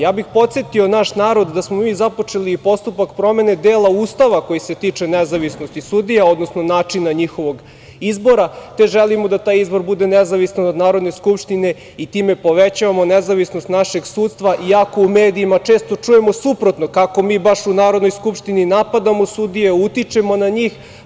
Ja bih podsetio naš narod da smo mi započeli i postupak promene dela Ustava koji se tiče nezavisnosti sudija, odnosno načina njihovog izbora, te želimo da taj izbor bude nezavistan od Narodne skupštine i time povećavamo nezavisnost našeg sudstva, iako u medijima često čujemo suprotno, kako mi baš u Narodnoj skupštini napadamo sudije, utičemo na njih.